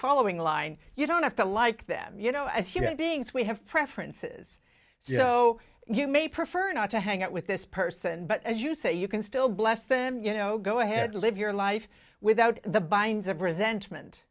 following line you don't have to like them you know as human beings we have preferences so you may prefer not to hang out with this person but as you say you can still bless them you know go ahead live your life without the binds of resentment